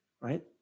right